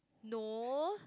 no